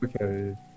okay